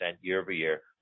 year-over-year